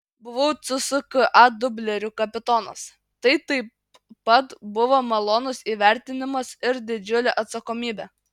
buvau cska dublerių kapitonas tai taip pat buvo malonus įvertinimas ir didžiulė atsakomybė